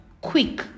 quick